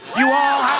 you all